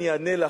אני אענה לך,